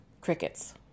Crickets